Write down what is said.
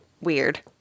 weird